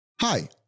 Hi